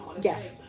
Yes